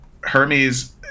Hermes